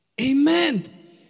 Amen